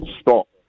stop